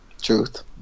truth